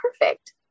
perfect